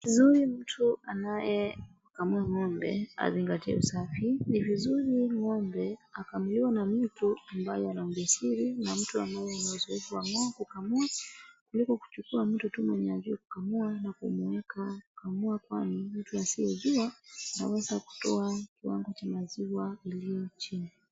Ni vizuri mtu anayekamua ng'ombe azingatie usafi. Ni vizuri ng'ombe akamuliwe na mtu ambaye ana ujasiri na mtu ambaye anauzoefu wa ng'ombe kukamua kuliko kuchukua mtu tu hajui kukamua na kumuweka kukamua kwani mtu asiyejua anaweza kutoa kiwango cha maziwa iliyo chini.